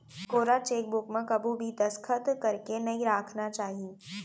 कोरा चेकबूक म कभू भी दस्खत करके नइ राखना चाही